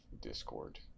Discord